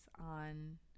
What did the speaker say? on